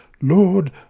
Lord